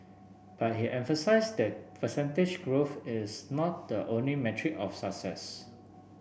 but he emphasised that percentage growth is not the only metric of success